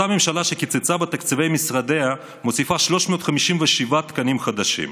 אותה ממשלה שקיצצה בתקציבי משרדיה מוסיפה 357 תקנים חדשים.